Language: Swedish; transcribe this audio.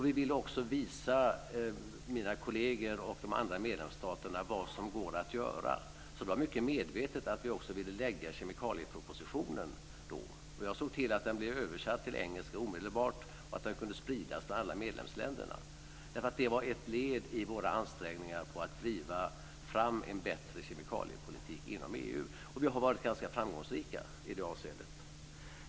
Vi ville också visa mina kolleger och de andra medlemsstaterna vad som går att göra, så det var mycket medvetet att vi då ville lägga fram kemikaliepropositionen. Jag såg till att den omedelbart blev översatt till engelska och att den kunde spridas till alla medlemsländer. Det var ett led i våra ansträngningar för att driva fram en bättre kemikaliepolitik inom EU, och vi har varit ganska framgångsrika i det avseendet.